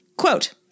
Quote